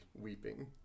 weeping